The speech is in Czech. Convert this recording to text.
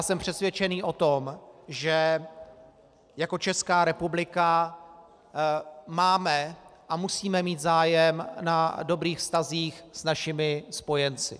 Jsem přesvědčený o tom, že jako Česká republika máme a musíme mít zájem na dobrých vztazích s našimi spojenci.